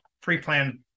pre-planned